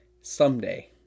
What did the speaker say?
Someday